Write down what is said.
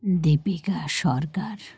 Deepika Sarkar